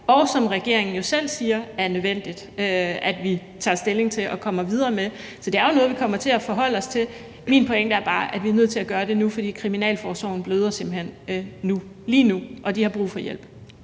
og som regeringen jo selv siger er nødvendigt vi tager stilling til og kommer videre med? Så det er jo noget, vi kommer til at forholde os til. Min pointe er bare, at vi er nødt til at gøre det nu, fordi kriminalforsorgen simpelt hen bløder lige nu og har brug for hjælp.